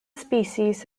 species